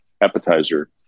appetizer